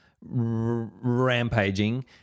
rampaging